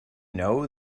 know